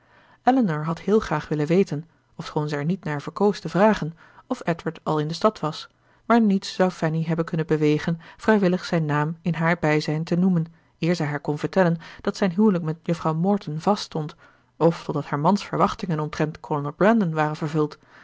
elinor had heel graag willen weten ofschoon zij er niet naar verkoos te vragen of edward al in de stad was maar niets zou fanny hebben kunnen bewegen vrijwillig zijn naam in haar bijzijn te noemen eer zij haar kon vertellen dat zijn huwelijk met juffrouw morton vaststond of totdat haar man's verwachtingen omtrent kolonel brandon waren vervuld